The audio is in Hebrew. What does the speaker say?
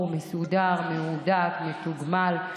מסודר, מהודק, מתוגמל.